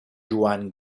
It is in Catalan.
joan